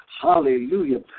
Hallelujah